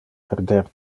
perder